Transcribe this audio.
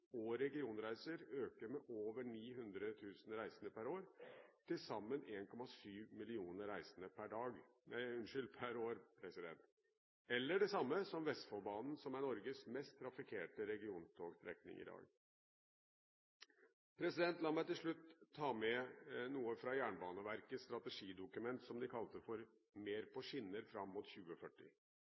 og regionreiser øke med over 900 000 reisende per år, til sammen 1 700 000 reisende per år, eller det samme som Vestfoldbanen, som i dag er Norges mest trafikkerte regiontogstrekning. La meg til slutt ta med noe fra Jernbaneverkets strategidokument, som de kalte «Mer på skinner fram mot 2040».